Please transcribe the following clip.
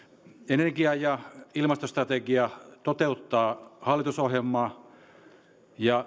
energia ja ilmastostrategia toteuttaa hallitusohjelmaa ja